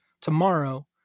tomorrow